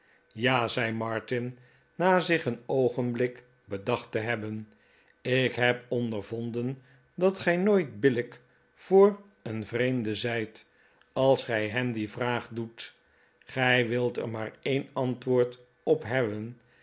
ja zei martin na zich een oogenblik bedacht te hebben ik neb ondervonden dat gij nooit billijk voor een vreemde zijt als gij hem die vraag doet gij wilt er maar een antwoord op hebben